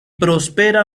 prospera